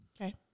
Okay